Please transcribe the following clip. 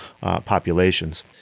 populations